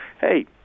hey